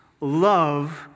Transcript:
love